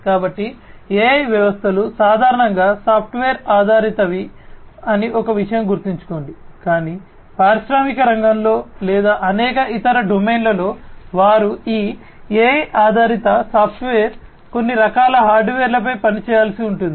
కాబట్టి AI వ్యవస్థలు సాధారణంగా సాఫ్ట్వేర్ ఆధారితవి అని ఒక విషయం గుర్తుంచుకోండి కానీ పారిశ్రామిక రంగంలో లేదా అనేక ఇతర డొమైన్లలో వారు ఈ AI ఆధారిత సాఫ్ట్వేర్ కొన్ని రకాల హార్డ్వేర్లపై పని చేయాల్సి ఉంటుంది